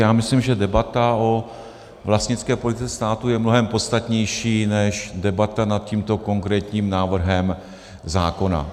Já myslím, že debata o vlastnické politice státu je mnohem podstatnější než debata nad tímto konkrétním návrhem zákona.